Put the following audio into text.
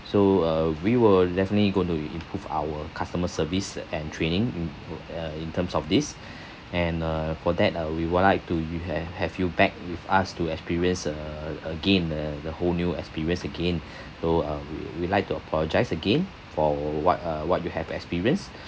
so uh we will definitely going to improve our customer service uh and training in uh uh in terms of this and uh for that uh we would like to you have have you back with us to experience uh again uh the whole new experience again so uh we we like to apologise again for what uh what you have experience